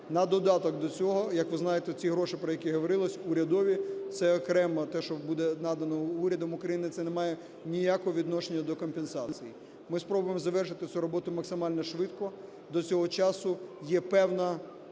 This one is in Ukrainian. На додаток до цього, як ви знаєте, ці гроші, про які говорилось, урядові – це окремо, те, що буде надано урядом України. Це не має ніякого відношення до компенсації. Ми спробуємо завершити цю роботу максимально швидко. До цього часу є певна